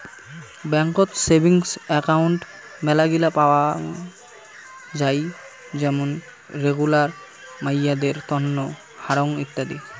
বেংকত savings account মেলাগিলা পাওয়াং যাই যেমন রেগুলার, মাইয়াদের তন্ন, হারং ইত্যাদি